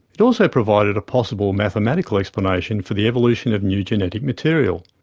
it also provided a possible mathematical explanation for the evolution of new genetic material.